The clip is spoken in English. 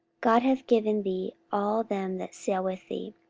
god hath given thee all them that sail with thee.